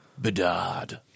Bedard